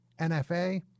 NFA